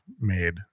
made